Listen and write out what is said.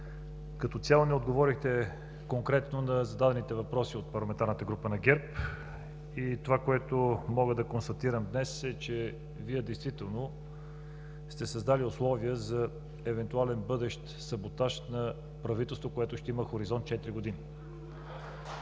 Като цяло не отговорихте конкретно на зададените въпроси от Парламентарната група на ГЕРБ и това, което мога да констатирам днес, е, че Вие действително сте създали условия за евентуален бъдещ саботаж на правителство, което ще има хоризонт четири години.